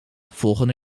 volgen